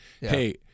Hey